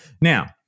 Now